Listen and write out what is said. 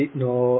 no